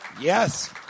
Yes